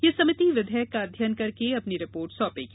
ये समिति विधेयक का अध्ययन करके अपनी रिपोर्ट सौंपेगी